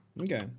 okay